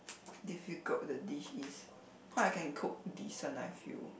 difficult the dish is because I can cook descent I feel